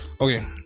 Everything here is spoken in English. Okay